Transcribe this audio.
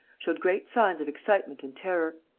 showed great signs of excitement and terror.